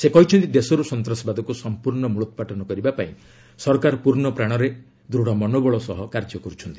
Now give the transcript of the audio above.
ସେ କହିଛନ୍ତି ଦେଶରୁ ସନ୍ତାସବାଦକୁ ସମ୍ପର୍ଣ୍ଣ ମ୍ବଳୋତ୍ପାଟନ କରିବା ପାଇଁ ସରକାର ପୂର୍ଷପ୍ରାଣରେ ଦୂଢ଼ମନୋବଳ ସହ କାର୍ଯ୍ୟ କରୁଛନ୍ତି